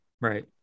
right